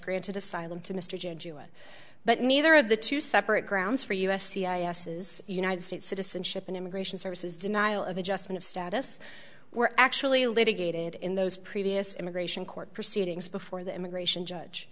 granted asylum to mr jewett but neither of the two separate grounds for us cia s's united states citizenship and immigration services denial of adjustment of status were actually litigated in those previous immigration court proceedings before the immigration judge